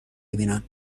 بیینم